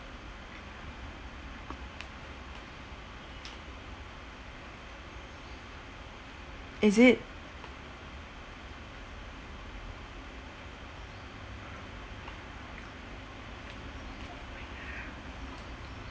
is it